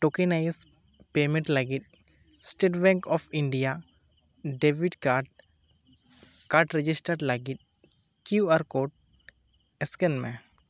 ᱴᱚᱠᱤᱱᱟᱭᱤᱥ payment ᱞᱟᱹᱜᱤᱫ State Bank of India debit card card registered ᱞᱟᱹᱜᱤᱫ Q R code scan ᱢᱮ